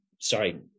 sorry